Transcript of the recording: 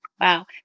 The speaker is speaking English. Wow